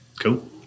cool